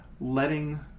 letting